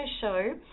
Show